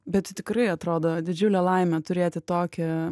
bet tikrai atrodo didžiulė laimė turėti tokią